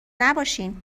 نباشین